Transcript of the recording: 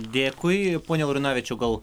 dėkui pone laurinavičiau gal